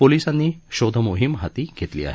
पोलिसांनी शोधमोहीम हाती घेतली आहे